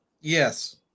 Yes